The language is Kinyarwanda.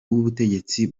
w’ubutegetsi